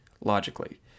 logically